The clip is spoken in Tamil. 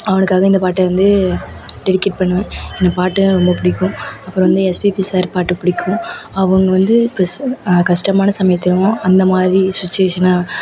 அவனுக்காக இந்த பாட்டை வந்து டெடிகேட் பண்ணுவேன் இந்த பாட்டு எனக் ரொம்ப பிடிக்கும் அப்புறம் வந்து எஸ்பிபி சார் பாட்டு பிடிக்கும் அவங்க வந்து கஷ்டமான சமயத்துல எல்லாம் அந்தமாதிரி சுச்சுவேஷனை